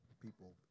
people